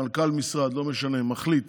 מנכ"ל משרד, לא משנה, מחליט